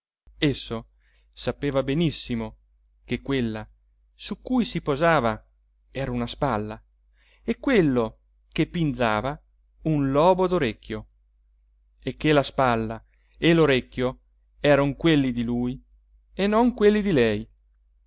esso sapeva benissimo che quella su cui si posava era una spalla e quello che pinzava un lobo d'orecchio e che la spalla e l'orecchio eran quelli di lui e non quelli di lei